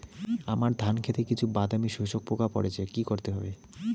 আমার ধন খেতে কিছু বাদামী শোষক পোকা পড়েছে কি করতে হবে?